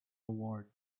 award